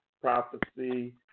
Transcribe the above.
prophecy